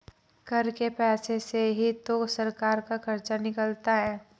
कर के पैसे से ही तो सरकार का खर्चा निकलता है